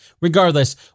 Regardless